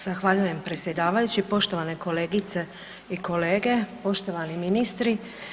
Zahvaljujem predsjedavajuće, poštovane kolegice i kolege, poštovani ministri.